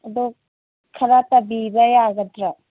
ꯑꯗꯣ ꯈꯔ ꯇꯥꯕꯤꯕ ꯌꯥꯒꯗ꯭ꯔꯣ